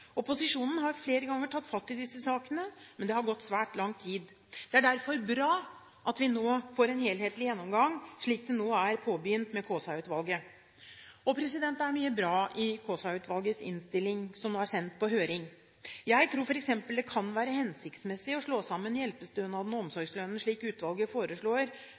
Opposisjonen har flere ganger tatt fatt i disse sakene. Det har gått svært lang tid. Det er derfor bra at vi nå får en helhetlig gjennomgang, slik det nå er påbegynt med Kaasa-utvalget. Det er mye bra i Kaasa-utvalgets innstilling, som nå er sendt på høring. Jeg tror f.eks. det kan være hensiktsmessig å slå sammen hjelpestønaden og omsorgslønnen, slik utvalget foreslår,